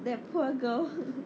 that poor girl